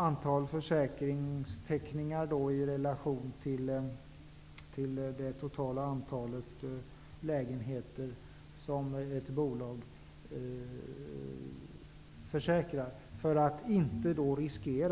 Antalet tecknade försäkringar skulle ställas i relation till det totala antalet lägenheter som ett bolag försäkrar, för att inte risken skulle